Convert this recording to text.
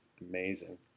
amazing